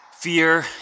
fear